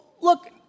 look